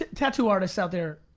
tattoo artists out there,